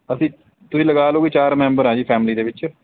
ਅਸੀਂ ਤੁਸੀਂ ਲਗਾ ਲਉ ਵੀ ਚਾਰ ਮੈਂਬਰ ਹਾਂ ਜੀ ਫੈਮਿਲੀ ਦੇ ਵਿੱਚ